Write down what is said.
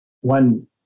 one